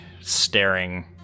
staring